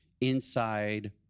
inside